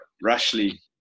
rashly